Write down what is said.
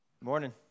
morning